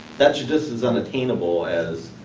that's just as unattainable as,